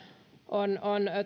on